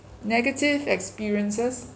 negative experiences